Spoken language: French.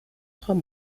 trois